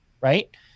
Right